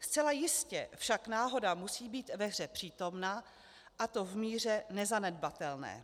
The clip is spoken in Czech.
Zcela jistě však náhoda musí být ve hře přítomna, a to v míře nezanedbatelné.